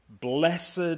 Blessed